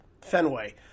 Fenway